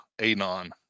Anon